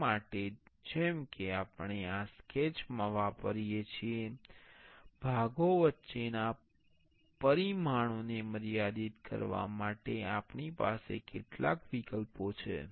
તે માટે જેમ કે આપણે આ સ્કેચ માં વાપરીએ છીએ ભાગો વચ્ચેના પરિમાણોને મર્યાદિત કરવા માટે આપણી પાસે કેટલાક વિકલ્પો છે